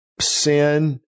sin